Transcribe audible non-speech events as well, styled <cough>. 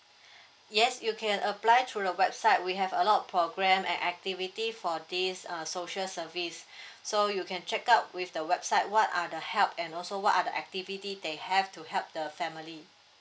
yes you can apply through the website we have a lot of programme and activity for this uh social service <breath> so you can check out with the website what are the help and also what are the activity they have to help the family